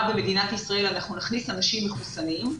במדינת ישראל שאנחנו נכניס אנשים מחוסנים,